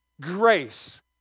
grace